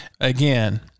Again